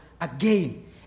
again